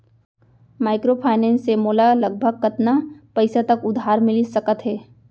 Microfinance से मोला लगभग कतना पइसा तक उधार मिलिस सकत हे?